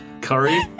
curry